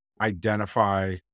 identify